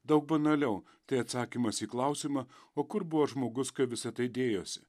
daug banaliau tai atsakymas į klausimą o kur buvo žmogus kai visa tai dėjosi